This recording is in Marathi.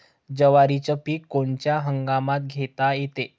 जवारीचं पीक कोनच्या हंगामात घेता येते?